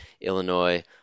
Illinois